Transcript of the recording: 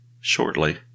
shortly